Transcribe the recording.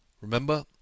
remember